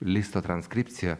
listo transkripcija